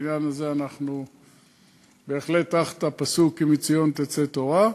ובעניין הזה אנחנו בהחלט תחת הפסוק "כי מציון תצא תורה"